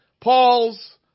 Paul's